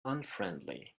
unfriendly